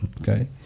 Okay